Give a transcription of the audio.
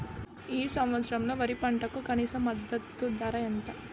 ఈ సంవత్సరంలో వరి పంటకు కనీస మద్దతు ధర ఎంత?